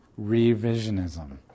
revisionism